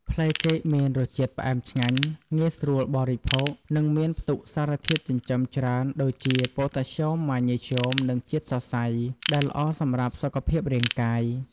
ផ្លែចេកមានរសជាតិ ផ្អែមឆ្ងាញ់ ងាយស្រួលបរិភោគ និងមានផ្ទុកសារធាតុចិញ្ចឹមច្រើនដូចជា ប៉ូតាស្យូម ម៉ាញ៉េស្យូម និង ជាតិសរសៃ ដែលល្អសម្រាប់សុខភាពរាងកាយ។